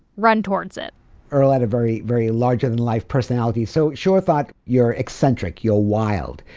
run towards it earl had a very, very larger-than-life personality. so shore thought, you're eccentric, you're wild,